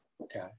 Okay